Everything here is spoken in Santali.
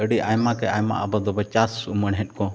ᱟᱹᱰᱤ ᱟᱭᱢᱟᱠᱮ ᱟᱭᱢᱟ ᱟᱵᱚᱫᱚᱵᱚ ᱪᱟᱥ ᱩᱢᱟᱹᱲᱦᱮᱫᱠᱚ